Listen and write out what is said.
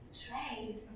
trade